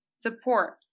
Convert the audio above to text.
Support